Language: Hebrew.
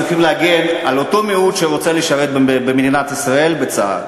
צריכים להגן על אותו מיעוט שרוצה לשרת במדינת ישראל בצה"ל,